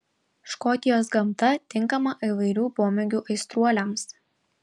škotijos gamta tinkama įvairių pomėgių aistruoliams